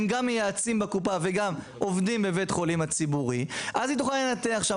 הם גם מייעצים בקופה וגם עובדים בבית חולים ציבורי היא תוכל לנתח שם.